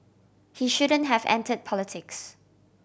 he shouldn't have entered politics